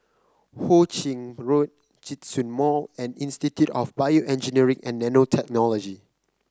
Ho Ching Road Djitsun Mall and Institute of BioEngineering and Nanotechnology